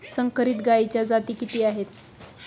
संकरित गायीच्या जाती किती आहेत?